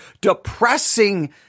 depressing